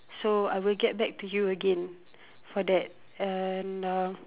so I will get back to you again for that and uh